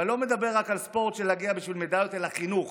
ואני לא מדבר רק על ספורט של להגיע בשביל מדליות אלא על חינוך,